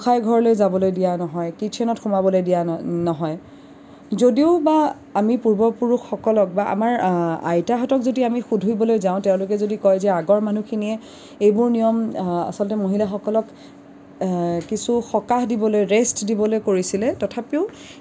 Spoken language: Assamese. গোঁসাইঘৰলৈ যাবলৈ দিয়া নহয় কিচ্ছেনত সোমাব দিয়া ন নহয় যদিওবা আমি পূৰ্বপুৰুষসকলক বা আমাৰ আইতাসকলক আমি সুধিবলৈ যাওঁ তেওঁলোকে যদি কয় যে আগৰ মানুহখিনিয়ে এইবোৰ নিয়ম আচলতে মহিলাসকলক কিছু সকাহ দিবলৈ ৰেষ্ট দিবলৈ কৰিছিলে তথাপিও